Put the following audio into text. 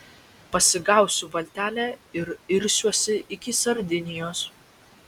pasigausiu valtelę ir irsiuosi iki sardinijos